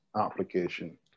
application